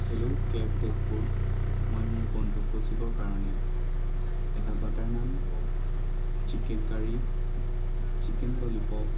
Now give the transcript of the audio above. hello cab Tezpur মই মোৰ বন্ধু কৌশিকৰ কাৰণে এটা butter naan chicken curry chicken lollipop